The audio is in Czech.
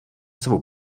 svou